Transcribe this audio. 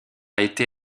été